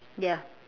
ya